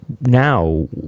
now